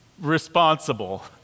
Responsible